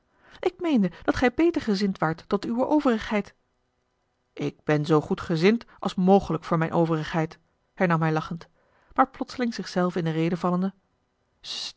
ik meende dat gij beter gezind waart tot uwe overigheid ik ben zoo goed gezind als mogelijk voor mijne overigheid hernam hij lachend maar plotseling zich zelven in de rede vallende